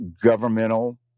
governmental